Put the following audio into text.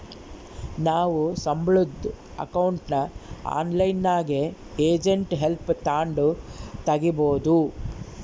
ನಾವು ಸಂಬುಳುದ್ ಅಕೌಂಟ್ನ ಆನ್ಲೈನ್ನಾಗೆ ಏಜೆಂಟ್ ಹೆಲ್ಪ್ ತಾಂಡು ತಗೀಬೋದು